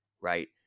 right